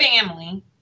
family